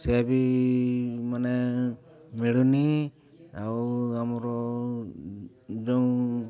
ସେ ବି ମାନେ ମିଳୁନି ଆଉ ଆମର ଯେଉଁ